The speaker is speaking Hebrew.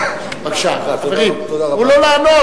בבקשה, חברים, תנו לו לענות.